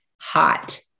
hot